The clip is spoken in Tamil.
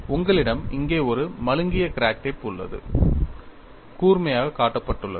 உங்களிடம் இங்கே ஒரு மழுங்கிய கிராக் டிப் உள்ளது கூர்மையாக காட்டப்பட்டுள்ளது